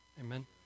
Amen